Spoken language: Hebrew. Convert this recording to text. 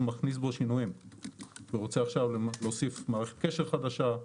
מכניס בו שינויים ורוצה עכשיו להוסיף מערכת קשר חדשה,